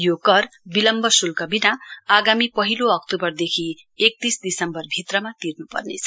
यो कर विलम्ब शुल्क बिना आगामी पहिलो अक्टूबरदेखि एकतीस दिसम्बर भित्रमा तिर्नुपर्नेछ